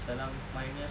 dalam minus